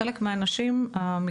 מקצועיים.